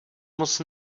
moc